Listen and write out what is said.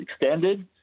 extended